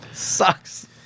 Sucks